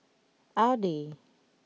Audi